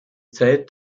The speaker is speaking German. zeit